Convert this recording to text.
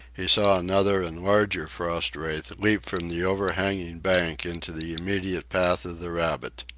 he saw another and larger frost wraith leap from the overhanging bank into the immediate path of the rabbit.